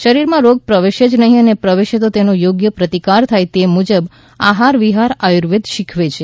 શરીરમાં રોગ પ્રવેશે જ નહીં અને પ્રવેશે તો તેનો યોગ્ય પ્રતિકાર થાય તે મુજબ આહાર વિહાર આયુર્વેદ શિખવે છે